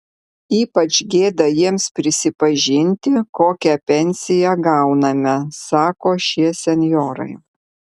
ypač gėda jiems prisipažinti kokią pensiją gauname sako šie senjorai